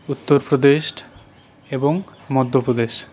উত্তর প্রদেশ এবং মধ্য প্রদেশ